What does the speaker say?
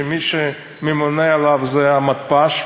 שמי שממונה עליו זה המתפ"ש,